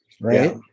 Right